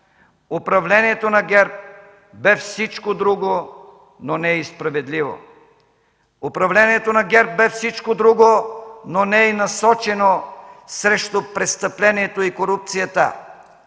управлението на ГЕРБ бе всичко друго, но не и справедливо. Управлението на ГЕРБ бе всичко друго, но не и насочено срещу престъплението и корупцията.